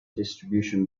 distribution